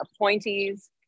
appointees